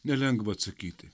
nelengva atsakyti